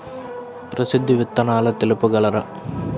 ప్రసిద్ధ విత్తనాలు తెలుపగలరు?